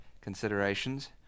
considerations